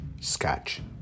scotch